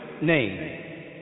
name